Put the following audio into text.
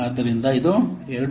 ಆದ್ದರಿಂದ ಇದು 2